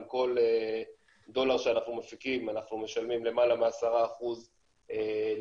על כל דולר שאנחנו מפיקים אנחנו משלמים למעלה מ-10% למדינה,